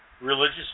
religious